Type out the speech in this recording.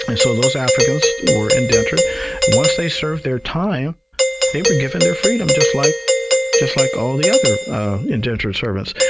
and so those africans were indentured, and once they served their time they were given their freedom just like just like all the other indentured servants.